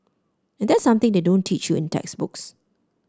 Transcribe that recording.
and that's something they don't teach you in textbooks